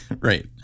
right